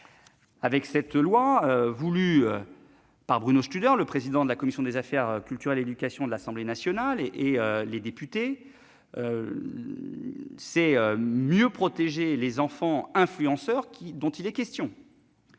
Avec cette loi voulue par Bruno Studer, le président de la commission des affaires culturelles et de l'éducation de l'Assemblée nationale, et par les députés, il s'agit de mieux protéger ces enfants « influenceurs ». Pour